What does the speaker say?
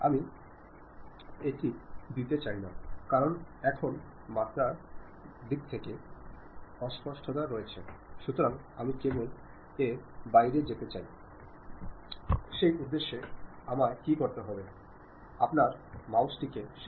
ഇതിൽ നിന്ന് വ്യക്തമാകുന്നത് ദൈർഘ്യമേറിയ വാക്യങ്ങൾ ഉപയോഗിക്കരുത് ആശയവിനിമയത്തിന്റെ മുഖമുദ്രയാണ് സംക്ഷിപ്തതയെന്നു നിങ്ങൾക്കറിയാം